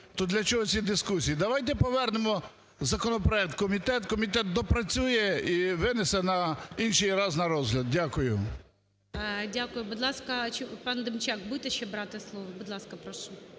то для чого ці дискусії? Давайте повернемо законопроект в комітет. Комітет доопрацює і винесе на інший раз на розгляд. Дякую. ГОЛОВУЮЧИЙ. Дякую. Будь ласка, пан Демчак, будете ще брати слово? Будь ласка, прошу.